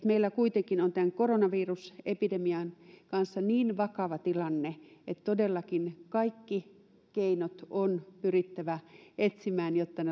meillä kuitenkin on tämän koronavirusepidemian kanssa niin vakava tilanne että todellakin kaikki keinot on pyrittävä etsimään jotta